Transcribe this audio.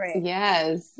yes